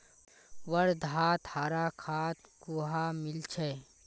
वर्धात हरा खाद कुहाँ मिल छेक